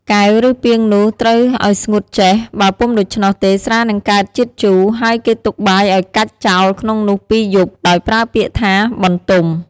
កែវ ឬពាងនោះត្រូវឲ្យស្ងួតចែស បើពុំដូច្នោះទេស្រានឹងកើតជាតិជូរ ហើយគេទុកបាយឲ្យកាច់ចោលក្នុងនោះ២យប់ ដោយប្រើពាក្យថា «បន្ទុំ»។